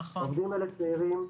העובדים האלה צעירים,